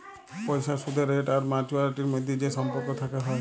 পইসার সুদের রেট আর ম্যাচুয়ারিটির ম্যধে যে সম্পর্ক থ্যাকে হ্যয়